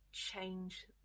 change